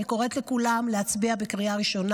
אני קוראת לכולם להצביע בקריאה ראשונה.